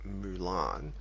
Mulan